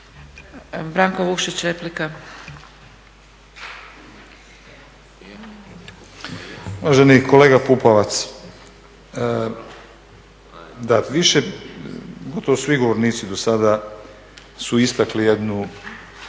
Branko Vukšić, replika.